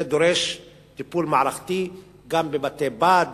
זה דורש טיפול מערכתי גם בבתי-בד,